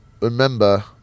remember